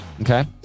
Okay